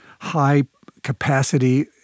high-capacity